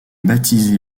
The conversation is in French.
baptisé